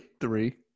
three